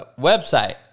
website